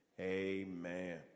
amen